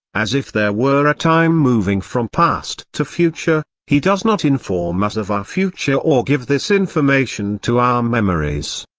as if there were a time moving from past to future, he does not inform us of our future or give this information to our memories.